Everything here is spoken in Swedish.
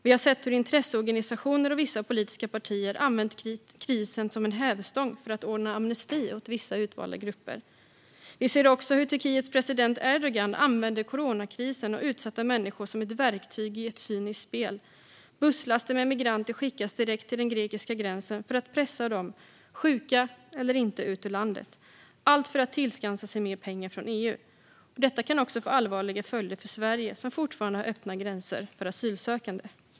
Vi har sett hur intresseorganisationer och vissa politiska partier använt krisen som en hävstång för att ordna amnesti åt vissa utvalda grupper. Vi ser också hur Turkiets president Erdogan använder coronakrisen och utsatta människor som ett verktyg i ett cyniskt spel. Man skickar busslaster med migranter direkt till den grekiska gränsen för att pressa ut dem, sjuka eller inte, ur landet - allt för att tillskansa sig mer pengar från EU. Detta kan också få allvarliga följder för Sverige, som fortfarande har öppna gränser för asylsökande.